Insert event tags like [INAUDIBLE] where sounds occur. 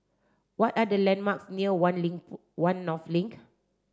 what are the landmarks near One [UNINTELLIGIBLE] One North Link